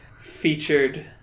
featured